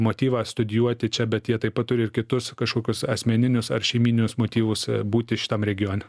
motyvą studijuoti čia bet jie taip pat turi ir kitus kažkokius asmeninius ar šeimyninius motyvus būti šitam regione